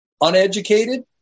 uneducated